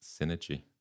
Synergy